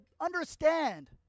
understand